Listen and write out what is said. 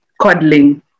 coddling